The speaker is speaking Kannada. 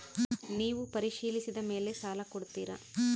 ನೇವು ಪರಿಶೇಲಿಸಿದ ಮೇಲೆ ಸಾಲ ಕೊಡ್ತೇರಾ?